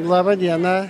laba diena